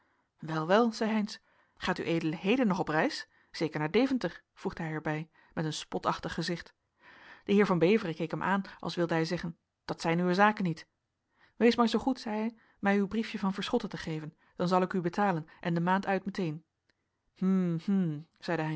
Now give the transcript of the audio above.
wel zei heynsz gaat ued heden nog op reis zeker naar deventer voegde hij er bij met een spotachtig gezicht de heer van beveren keek hem aan als wilde hij zeggen dat zijn uwe zaken niet wees maar zoo goed zei hij mij uw briefje van verschotten te geven dan zal ik u betalen en de maand uit meteen hm